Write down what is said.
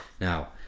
now